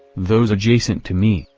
those adjacent to me,